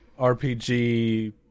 RPG